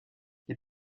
les